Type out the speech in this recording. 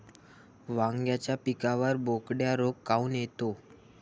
वांग्याच्या पिकावर बोकड्या रोग काऊन येतो?